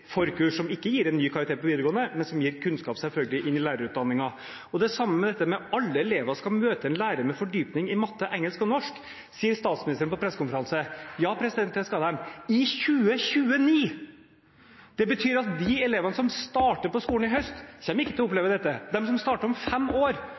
forkurs som ikke gir en ny karakter på videregående, men som selvfølgelig gir kunnskap inn i lærerutdanningen. Det samme gjelder dette med at alle elever skal møte en lærer med fordypning i matte, engelsk og norsk, som statsministeren sa på en pressekonferanse. Ja, det skal de – i 2029. Det betyr at de elevene som starter på skolen i høst, ikke kommer til å